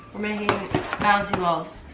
we're making bouncy balls.